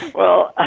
well, ah